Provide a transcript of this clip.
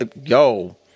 yo